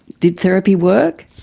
did therapy work?